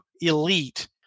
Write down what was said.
elite